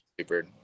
super